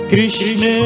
Krishna